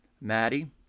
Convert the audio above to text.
Maddie